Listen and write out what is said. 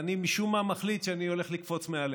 ואני משום מה מחליט שאני הולך לקפוץ מעליה.